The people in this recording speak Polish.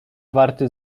warty